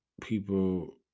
people